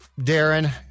Darren